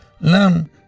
learn